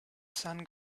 sun